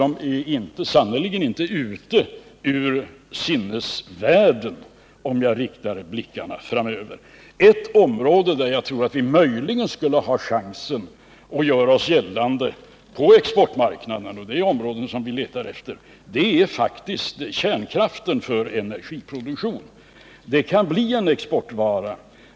De är sannerligen inte ute ur sinnevärlden, om jag riktar blickarna framöver. Ett område där jag tror att vi möjligen skulle kunna ha chansen att göra oss gällande på exportmarknaden -— där letar vi ju efter områden — är faktiskt kärnkraft för energiproduktion. Det kan bli en exportvara.